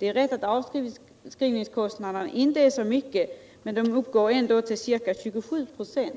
Det är rätt att avskrivningskostnaderna inte är så stora, men de uppgår ändå till ca 27 926